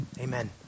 Amen